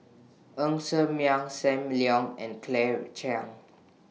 Ng Ser Miang SAM Leong and Claire Chiang